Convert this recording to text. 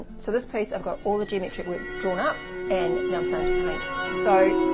so this piece i've got all the geometric work drawn up, and now i'm starting to paint. so